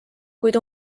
kuid